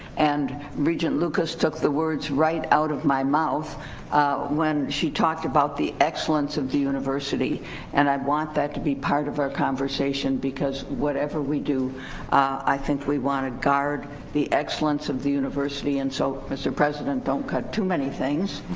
and regent lucas took the words right out of my mouth when she talked about the excellence of the university and i want that to be part of our conversation because whatever we do i think we want to guard the excellence of the university, and so mr. president don't cut too many things,